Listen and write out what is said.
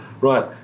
right